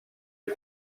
est